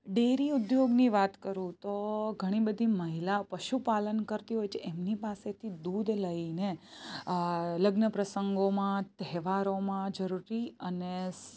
dairy ઉદ્યોગ ની વાત કરું તો ઘણી બધી મહિલા પશુપાલન કરતી હોય છે એમની પાસેથી દૂધ લઈને આ લગ્ન પ્રસંગોમાં તહેવારોમાં જરૂરી અને